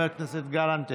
חבר הכנסת גלנט,